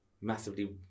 massively